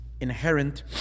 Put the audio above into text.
inherent